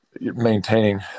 maintaining